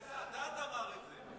סאדאת אמר את זה.